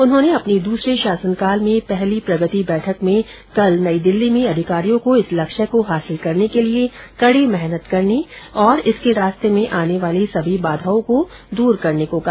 उन्होंने अपने दूसरे शासनकाल में पहली प्रगति बैठक में अधिकारियों को इस लक्ष्य को हासिल करने के लिए कड़ी मेहनत करने और इसके रास्ते में आने वाली सभी बाधाओं को दूर करने को कहा